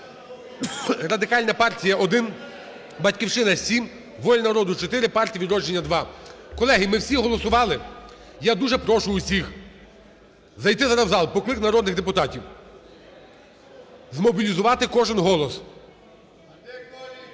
Радикальна партія – 1, "Батьківщина" – 7, "Воля народу" – 4, "Партія "Відродження" – 2. Колеги, ми всі голосували, я дуже прошу всіх, зайти зараз в зал, покликати народних депутатів, змобілізувати кожен голос.